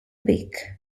beck